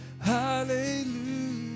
Hallelujah